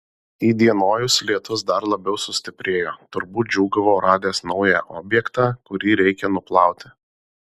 įdienojus lietus dar labiau sustiprėjo turbūt džiūgavo radęs naują objektą kurį reikia nuplauti